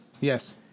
yes